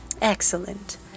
Excellent